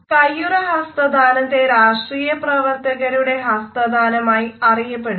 കൈയ്യുറ ഹസ്തദാനത്തെ രാഷ്ട്രീയ പ്രവർത്തകരുടെ ഹസ്തദാനമായി അറിയപ്പെടുന്നു